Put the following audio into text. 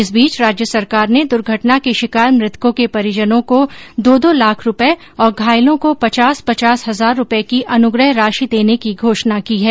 इस बीच राज्य सरकार ने दर्घटना के शिकार मुतकों के परिजनों को दो दो लाख रूपये और घायलों को पचास पचास हजार रूपये की अनुग्रह राशि देने की घोषणा की है